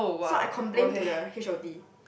so I complain to the H_O_D